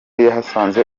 yahasanze